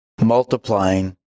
multiplying